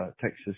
Texas